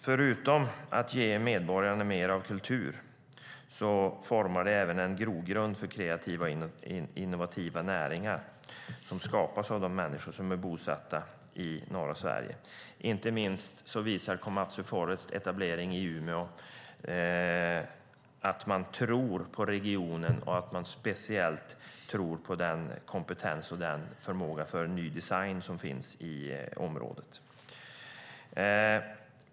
Förutom att ge medborgarna mer av kultur formar det en grogrund för kreativa och innovativa näringar som skapas av de människor som är bosatta i norra Sverige. Inte minst visar Komatsu Forests etablering i Umeå att man tror på regionen och att man speciellt tror på den kompetens och den förmåga när det gäller ny design som finns i området.